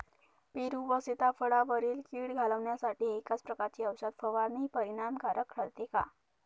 पेरू व सीताफळावरील कीड घालवण्यासाठी एकाच प्रकारची औषध फवारणी परिणामकारक ठरते का?